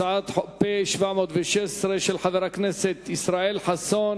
הצעה פ/716, של חבר הכנסת ישראל חסון.